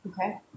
Okay